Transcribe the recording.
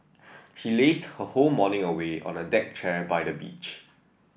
she lazed her whole morning away on a deck chair by the beach